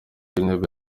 w’intebe